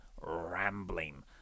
rambling